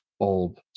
old